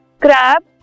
crab